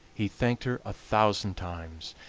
he thanked her a thousand times,